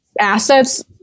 assets